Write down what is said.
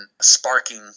sparking